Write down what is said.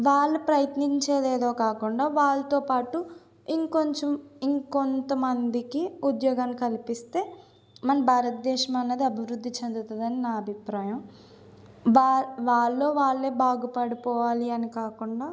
వాళ్ళు ప్రయత్నించెదేదో కాకుండా వాళ్ళతో పాటు ఇంకొంచెం ఇంకొంత మందికి ఉద్యోగాన్నికల్పిస్తే మన భారతదేశం అనేది అభివృద్ధి చెందుతుందని నా అభిప్రాయం బా వాళ్ళలో వాళ్ళే బాగుపడిపోవాలి అని కాకుండా